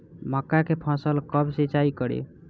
मका के फ़सल कब सिंचाई करी?